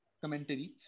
commentary